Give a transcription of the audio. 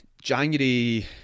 January